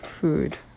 food